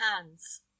hands